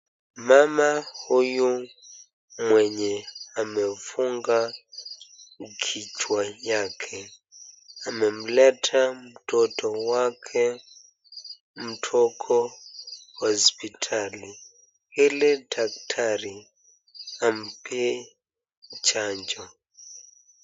Mama huyu mwenye amefunga kichwa yake amemleta mtoto wake mdogo hospitali ili daktari ampee chanjo.